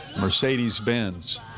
Mercedes-Benz